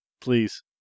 Please